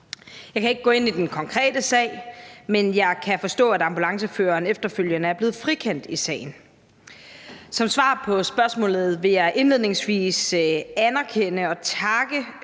Jeg kan ikke gå ind i den konkrete sag, men jeg kan forstå, at ambulanceføreren efterfølgende er blevet frikendt i sagen. Som svar på spørgsmålet vil jeg indledningsvis anerkende og takke